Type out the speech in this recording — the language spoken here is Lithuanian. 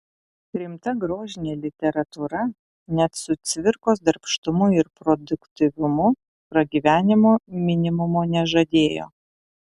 rimta grožinė literatūra net su cvirkos darbštumu ir produktyvumu pragyvenimo minimumo nežadėjo